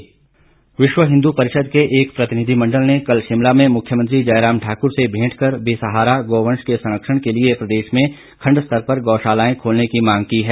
भेंट विश्व हिन्दू परिषद के एक प्रतिनिधिमण्डल ने कल शिमला में मुख्यमंत्री जयराम ठाकुर से भेंट कर बेसहारा गौवंश के संरक्षण के लिए प्रदेश में खण्ड स्तर पर गौशालाएं खोलने की मांग की है